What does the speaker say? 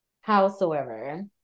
howsoever